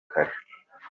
kare